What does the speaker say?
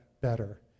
better